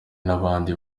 n’abandi